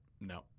no